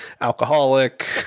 alcoholic